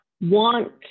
want